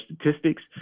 statistics